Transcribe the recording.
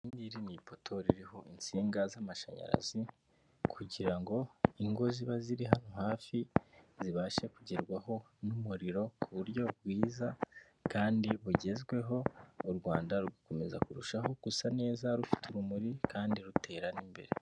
Iri ni ipoto ririho inshinga z'amashanyara, kugira ngo ingo ziri hano hafi zibashe kugerwaho n'umuriro ku buryo bwiza kandi bugezweho, u Rwanda rugakomeze kurushaho gusa neza rufite urumuri kandi rutera n'imbere.